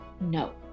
No